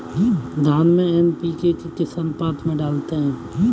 धान में एन.पी.के किस अनुपात में डालते हैं?